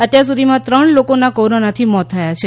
અત્યાર સુધીમાં ત્રણ લોકોના કોરોનાથી મોત થયા છે